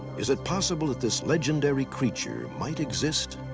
is it possible that this legendary creature might exist?